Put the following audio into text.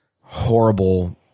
horrible